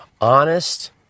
Honest